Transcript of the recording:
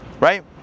right